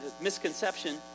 misconception